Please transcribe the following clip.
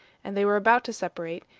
and they were about to separate,